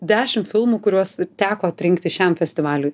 dešim filmų kuriuos teko atrinkti šiam festivaliui